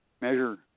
measure